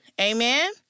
Amen